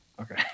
Okay